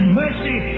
mercy